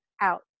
out